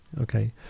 Okay